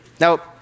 now